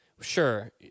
Sure